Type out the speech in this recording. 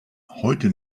heute